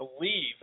believe